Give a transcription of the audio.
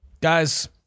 Guys